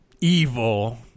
evil